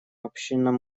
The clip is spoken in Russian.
общинном